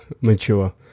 mature